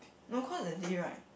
no cause that day right